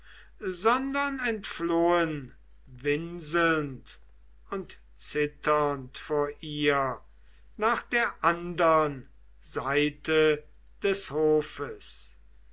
sondern entflohen winselnd und zitternd vor ihr nach der andern seite des hofes